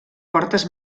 portes